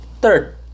Third